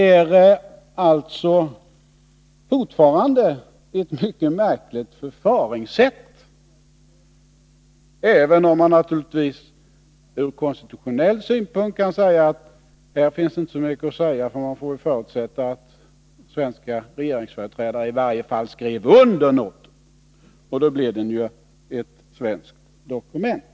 Jag anser fortfarande att det är ett mycket märkligt förfaringssätt, även om man från konstitutionell synpunkt kan säga att det inte finns mycket att erinra, eftersom man får förutsätta att svenska regeringsföreträdare i varje fall skrev under noten, och då blir den ju ett svenskt dokument.